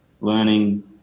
learning